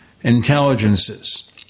intelligences